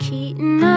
Keaton